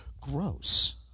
gross